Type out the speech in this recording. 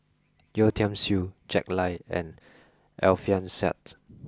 Yeo Tiam Siew Jack Lai and Alfian Sa'at